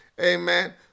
Amen